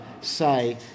say